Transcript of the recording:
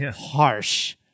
harsh